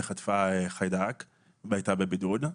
בנוסף, היא חטפה חיידק והיתה בבידוד.